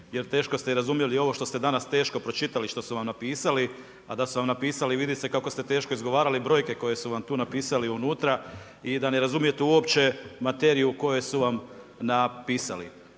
jer teško ste i razumjeli ovo što ste danas teško pročitali, što su vam napisali, a da su vam napisali vidi se kako ste teško izgovarali brojke koje su vam tu napisali unutra i da ne razumijete uopće materiju koju su vam napisali.